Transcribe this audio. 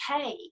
okay